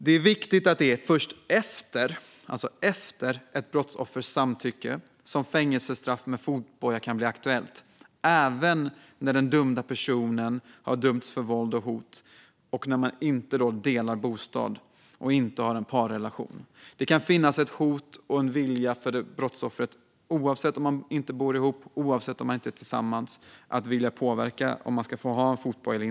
Det är viktigt att det är först efter ett brottsoffers samtycke som verkställighet av ett fängelsestraff med fotboja kan bli aktuellt, även när den person som har dömts för våld eller hot inte delar brottsoffrets bostad eller har en parrelation med brottsoffret. Det kan finnas ett hot och en vilja hos brottsoffret att påverka om förövaren ska få ha fotboja eller inte även om man inte bor ihop eller är tillsammans.